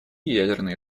ядерные